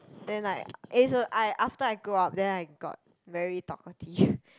then like I after I grow up then I got very talkative